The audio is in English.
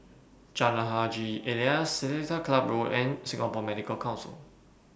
Jalan Haji Alias Seletar Club Road and Singapore Medical Council